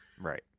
Right